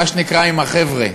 מה שנקרא עם החבר'ה,